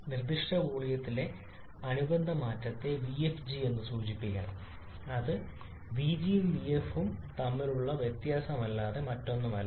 നിർദ്ദിഷ്ട വോളിയത്തിലെ അനുബന്ധ മാറ്റത്തെ vfg എന്ന് സൂചിപ്പിക്കണം അത് vg യും vf ഉം തമ്മിലുള്ള വ്യത്യാസമല്ലാതെ മറ്റൊന്നുമല്ല